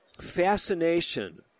fascination